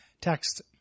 Text